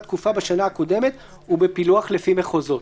תקופה בשנה הקודמת ובפילוח לפי מחוזות.